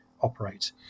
operate